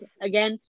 again